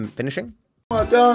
finishing